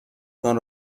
تان